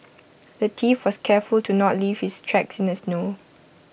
the thief was careful to not leave his tracks in the snow